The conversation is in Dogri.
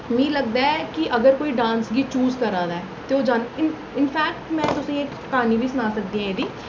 मी लगदा ऐ कि अगर कोई डांस गी चूज करै दा ऐ ते ओह् जानी इन इनफैक्ट मैं तुसेंगी इक क्हानी बी सनाई सकदी आं एह्दी